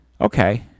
Okay